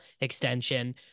extension